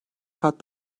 kat